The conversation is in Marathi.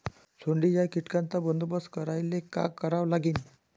सोंडे या कीटकांचा बंदोबस्त करायले का करावं लागीन?